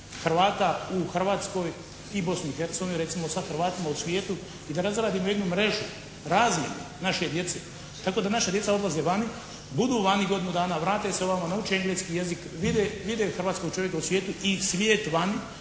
Hrvata u Hrvatskoj i Bosni i Hercegovini recimo sa Hrvatima u svijetu i da razradimo jednu mrežu, razmjenu naše djece tako da naša djeca odlaze vani, budu vani godinu dana, vrate se ovamo, nauče engleski jezik, vide hrvatskog čovjeka u svijetu i svijet vani,